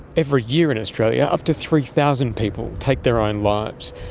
every year in australia, up to three thousand people take their own lives.